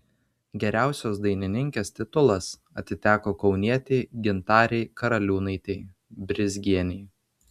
geriausios dainininkės titulas atiteko kaunietei gintarei karaliūnaitei brizgienei